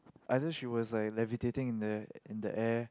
either she was like levitating in the in the air